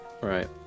Right